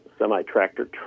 semi-tractor